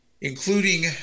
including